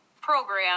program